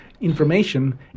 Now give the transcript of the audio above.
information